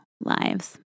lives